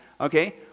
Okay